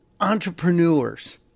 entrepreneurs